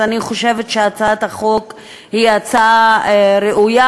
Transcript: אז אני חושבת שהצעת החוק היא הצעה ראויה,